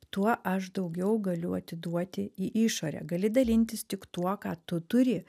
tuo aš daugiau galiu atiduoti į išorę gali dalintis tik tuo ką tu turi